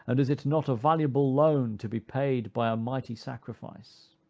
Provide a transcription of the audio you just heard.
and is it not a valuable loan to be paid by a um mighty sacrifice?